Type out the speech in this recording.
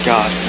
God